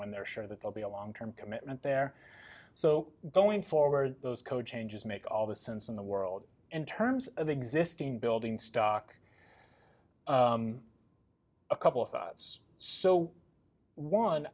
when they're sure that they'll be a long term commitment there so going forward those code changes make all the sense in the world in terms of existing building stock a couple of thoughts so one